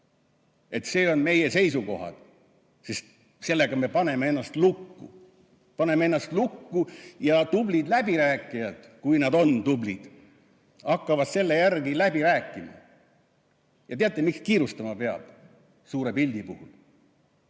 et need on meie seisukohad, sest sellega me paneme ennast lukku. Me paneme ennast lukku ja tublid läbirääkijad, kui nad on tublid, hakkavad selle järgi läbi rääkima. Ja teate, miks kiirustama peab suure pildi puhul?